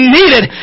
needed